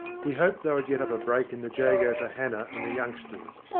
he hoped they would get up a break in the jago for hannah and the youngsters.